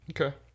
Okay